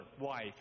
wife